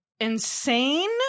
insane